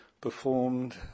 performed